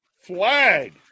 Flag